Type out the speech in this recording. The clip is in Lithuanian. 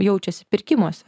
jaučiasi pirkimuose